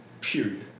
period